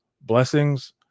Blessings